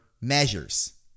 measures